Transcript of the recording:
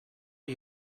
are